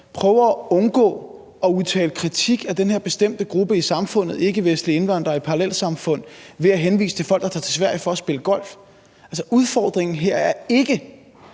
prøver at undgå at udtale kritik af den her bestemte gruppe i samfundet, ikkevestlige indvandrere i parallelsamfund, ved at henvise til folk, der tager til Sverige for at spille golf. Altså, udfordringen er ikke